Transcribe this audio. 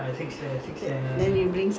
அப்பேலா நா வந்து:appaellaa naa vanthu